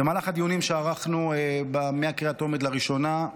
במהלך הדיונים שערכנו מהקריאה הטרומית לראשונה,